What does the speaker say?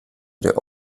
der